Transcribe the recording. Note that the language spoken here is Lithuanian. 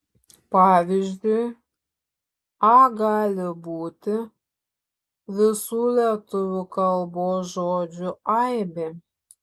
pavyzdžiui a gali būti visų lietuvių kalbos žodžių aibė